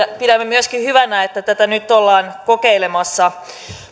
pidämme myöskin hyvänä että tätä nyt ollaan kokeilemassa